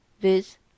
viz